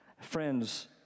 Friends